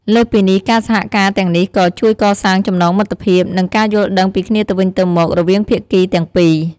លើសពីនេះ ការសហការទាំងនេះក៏ ជួយកសាងចំណងមិត្តភាព និងការយល់ដឹងពីគ្នាទៅវិញទៅមក រវាងភាគីទាំងពីរ។